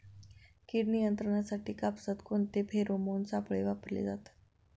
कीड नियंत्रणासाठी कापसात कोणते फेरोमोन सापळे वापरले जातात?